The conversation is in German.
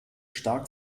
stark